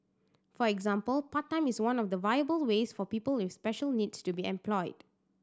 for example part time is one of the viable ways for people with special needs to be employed